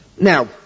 Now